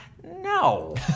no